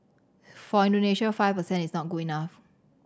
for Indonesia five percent is not good enough